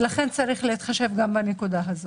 לכן יש להתחשב גם בנקודה הזאת.